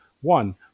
One